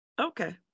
Okay